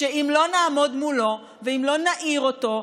ואם לא נעמוד מולו ואם לא נאיר אותו,